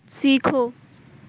سیکھو